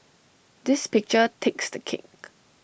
this picture takes the cake